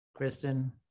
Kristen